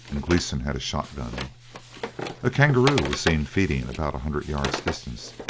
and gleeson had a shot-gun. a kangaroo was seen feeding about a hundred yards distant,